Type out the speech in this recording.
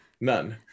none